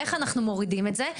איך אנחנו מורידים את זה?